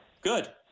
Good